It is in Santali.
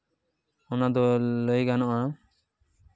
ᱚᱱᱟ ᱫᱚ ᱞᱟᱹᱭ ᱜᱟᱱᱚᱜᱼᱟ